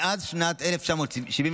מאז שנת 1973,